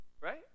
Right